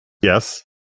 Yes